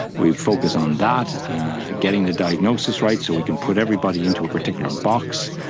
we focus on that and getting the diagnosis right so we can put everybody into a particular box,